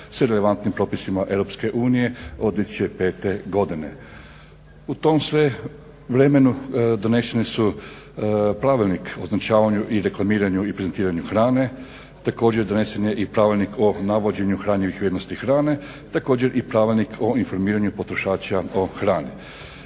s relevantnim propisima EU od 2005. godine. U tom vremenu donesene su Pravilnik o označavanju, reklamiranju i prezentiranju hrane, također donesen je i Pravilnik o navođenju hranjivih vrijednosti hrane, također i Pravilnik o informiranju potrošača o hrani.